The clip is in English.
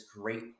great